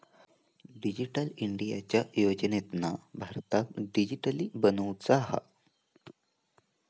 digital इंडियाच्या योजनेतना भारताक डीजिटली बनवुचा हा